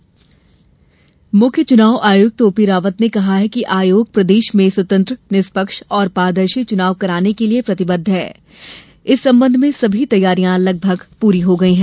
चुनाव आयोग मुख्य चुनाव आयुक्त ओ पी रावत ने कहा कि आयोग प्रदेश में स्वतंत्र निष्पक्ष और पारदर्शी चुनाव कराने के लिए प्रतिबद्ध है तथा इस संबंध में सभी तैयारियां लगभग पूरी हो गई हैं